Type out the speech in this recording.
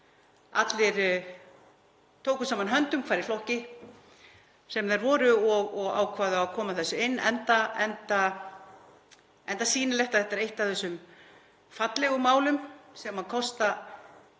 allir tóku saman höndum, hvar í flokki sem þeir voru, og ákváðu að koma þessu inn, enda sýnilegt að þetta er eitt af þessum fallegu málum sem kosta